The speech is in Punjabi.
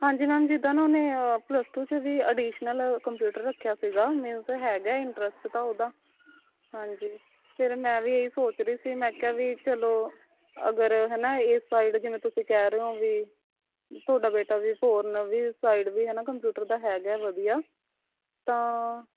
ਹਾਂਜੀ ਮੈਮ ਜਿੱਦਾਂ ਨਾ ਉਹਨੇ ਪਲੱਸ ਟੂ 'ਚ ਵੀ ਐਡੀਸ਼ਨਲ ਕੰਪਿਊਟਰ ਰੱਖਿਆ ਸੀਗਾ ਮੀਨਸ ਹੈਗਾ ਏ ਇੰਟਰਸਟ ਤਾਂ ਉਹਦਾ ਹਾਂਜੀ ਫੇਰ ਮੈਂ ਵੀ ਇਹ ਹੀ ਸੋਚ ਰਹੀ ਸੀ ਮੈਂ ਕਿਹਾ ਵੀ ਚਲੋ ਅਗਰ ਹੈ ਨਾ ਇਸ ਸਾਈਡ ਜਿਵੇਂ ਤੁਸੀਂ ਕਹਿ ਰਹੇ ਓਂ ਵੀ ਤੁਹਾਡਾ ਬੇਟਾ ਵੀ ਫ਼ੋਰਨ ਵੀ ਸਾਈਡ ਵੀ ਹੈ ਨਾ ਕੰਪਿਊਟਰ ਦਾ ਹੈਗਾ ਹੈ ਵਧੀਆ ਤਾਂ